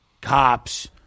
cops